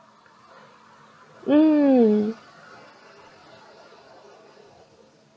mm